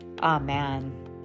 Amen